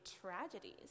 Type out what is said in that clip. tragedies